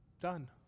Done